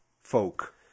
folk